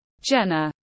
Jenna